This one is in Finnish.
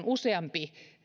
useampi